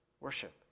worship